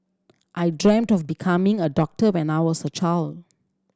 I dreamt of becoming a doctor when I was a child